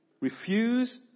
refuse